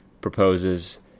proposes